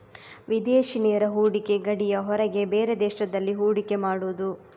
ವಿದೇಶಿ ನೇರ ಹೂಡಿಕೆ ಗಡಿಯ ಹೊರಗೆ ಬೇರೆ ದೇಶದಲ್ಲಿ ಹೂಡಿಕೆ ಮಾಡುದು